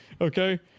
Okay